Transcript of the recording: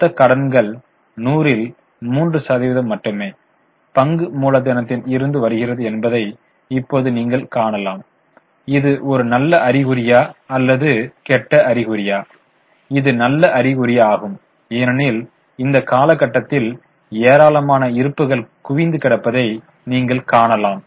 மொத்த கடன்கள் 100 ல் 3 சதவிகிதம் மட்டுமே பங்கு மூலதனத்தின் இருந்து வருகிறது என்பதை இப்போது நீங்கள் காணலாம் இது ஒரு நல்ல அறிகுறியா அல்லது கேட்ட அறிகுறியா இது நல்ல அறிகுறியாகும் ஏனெனில் இந்த காலகட்டத்தில் ஏராளமான இருப்புக்கள் குவிந்து கிடப்பதை நீங்கள் காணலாம்